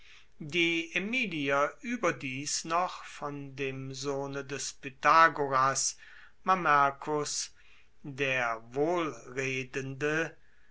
die aemilier ueberdies noch von dem sohne des pythagoras mamercus der